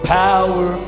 power